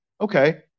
okay